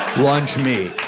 lunch meat.